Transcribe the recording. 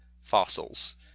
fossils